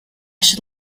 should